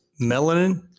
Melanin